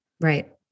Right